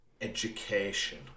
education